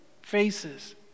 faces